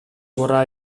vorrà